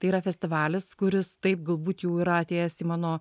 tai yra festivalis kuris taip galbūt jau yra atėjęs į mano